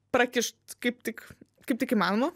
prakišt kaip tik kaip tik įmanoma